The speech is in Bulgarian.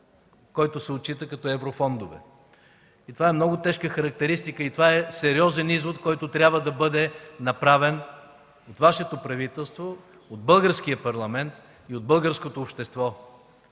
който се отчита като еврофондове. Това е много тежка характеристика и сериозен извод, който трябва да бъде направен от Вашето правителство, от Българския парламент и българското общество